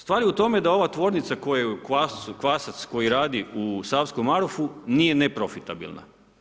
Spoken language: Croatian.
Stvar je u tome da ova tvornica „Kvasac“ koja radi u Savskom Marofu nije neprofitabilna.